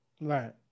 Right